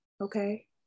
Okay